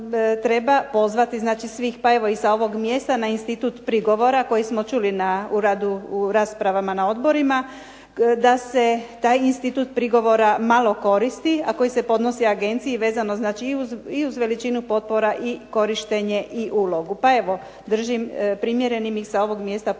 treba pozvati znači svih pa i evo sa ovog mjesta na institut prigovora koji smo čuli u raspravama na odborima, da se taj institut prigovora malo koristi, a koji se podnosi agenciji vezano znači i uz veličinu potpora, i korištenje i ulogu. Pa evo držim primjerenim i sa ovog mjesta pozvati